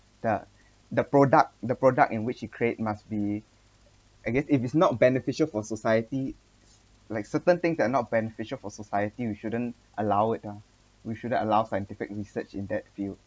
the the product the product in which he create must be I guess if it's not beneficial for society like certain things that are not beneficial for society we shouldn't allow it ah we shouldn't allow scientific research in that field